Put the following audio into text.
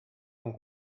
rhwng